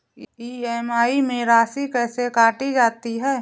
EMI में राशि कैसे काटी जाती है?